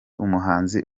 umuhanzi